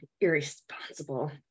irresponsible